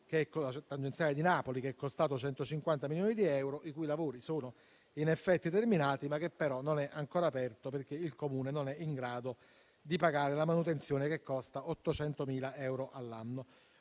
e la tangenziale di Napoli, che è costato 150 milioni di euro, i cui lavori sono determinati, ma che però non è ancora aperto perché il Comune non è in grado di pagare la manutenzione che costa 800.000 euro all'anno.